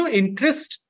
interest